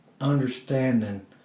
understanding